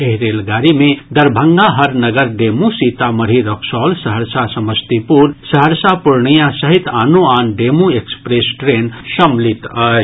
एहि रेल गाड़ी मे दरभंगा हरनगर डेमू सीतामढ़ी रक्सौल सहरसा समस्तीपुर सहरसा पूर्णियां सहित आनो आन डेमू एक्सप्रेस ट्रेन सम्मिलित अछि